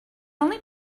only